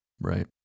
Right